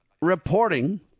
reporting